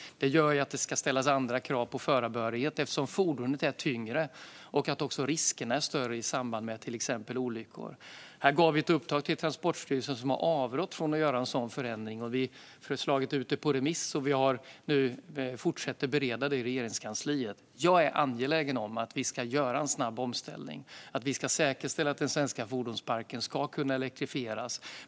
Det gör att det ställs andra krav på förarbehörighet eftersom fordonet är tyngre och riskerna blir större, till exempel i samband med olyckor. Vi gav här ett uppdrag till Transportstyrelsen, som har avrått från att göra en sådan förändring. Förslaget är ute på remiss, och vi fortsätter att bereda det i Regeringskansliet. Jag är angelägen om att vi ska göra en snabb omställning och att vi ska säkerställa att den svenska fordonsparken kan elektrifieras.